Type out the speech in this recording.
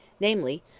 namely,